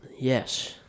Yes